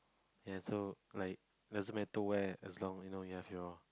ya so like doesn't matter where as long you know you have your